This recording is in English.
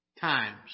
times